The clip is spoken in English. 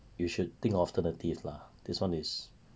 you should think of alternative lah this one is